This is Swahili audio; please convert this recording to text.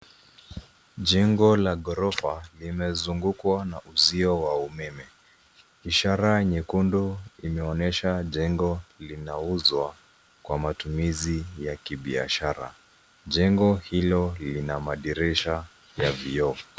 Jengo la ghorofa, limezungukwa na uzio wa umeme. Ishara nyekundu imeonyesha jengo linauzwa kwa matumizi ya kibiashara. Jengo hilo lina madirisha ya vioo.